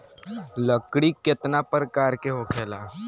लकड़ी केतना परकार के होखेला